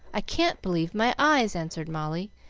i can't believe my eyes! answered molly,